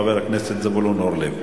חבר הכנסת זבולון אורלב.